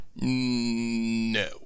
no